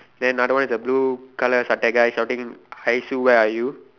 then another one is the blue colour சட்டை:sattai guy shouting hi Sue where are you